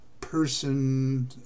person